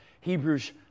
Hebrews